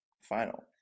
final